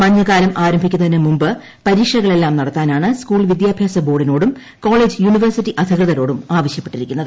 മഞ്ഞുകാലം ആരംഭിക്കുന്നതിന് മുമ്പ് പരീക്ഷകളെല്ലാം നടത്താനാണ് സ്കൂൾ വിദ്യാഭ്യാസ ബോർഡിനോടും കോളേജ് യൂണിവേഴ്സിറ്റി അധികൃതരോടും ആവശ്യപ്പെട്ടിരിക്കുന്നത്